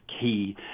key